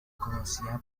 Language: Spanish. conocida